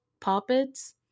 puppets